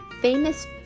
Famous